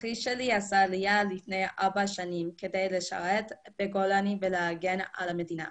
אח שלי עשה עלייה לפני ארבע שנים כדי לשרת בגולני ולהגן על המדינה.